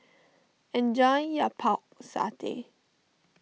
enjoy your Pork Satay